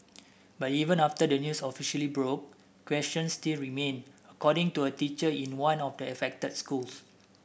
but even after the news officially broke questions still remain according to a teacher in one of the affected schools